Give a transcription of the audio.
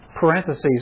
parentheses